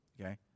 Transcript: okay